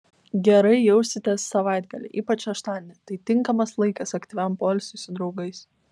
gerai jausitės savaitgalį ypač šeštadienį tai tinkamas laikas aktyviam poilsiui su draugais